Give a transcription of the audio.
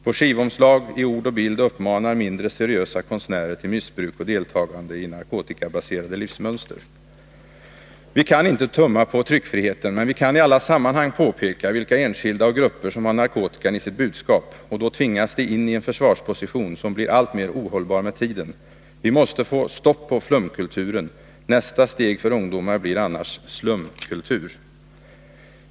På skivomslag, i ord och bild uppmanar mindre seriösa konstnärer till missbruk och deltagande i narkotikabaserade livsmönster. Vi kan inte tumma på tryckfriheten, men vi kan i alla sammanhang påpeka vilka enskilda och grupper som har narkotikan i sitt budskap. Då tvingas de in i en försvarsposition, som blir alltmer ohållbar med tiden. Vi måste få ett stopp på flumkulturen — nästa steg för ungdomar blir annars slumkultur.